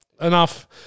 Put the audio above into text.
Enough